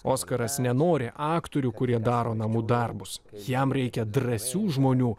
oskaras nenori aktorių kurie daro namų darbus jam reikia drąsių žmonių